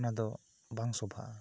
ᱚᱱᱟ ᱫᱚ ᱵᱟᱝ ᱥᱚᱵᱷᱟᱜᱼᱟ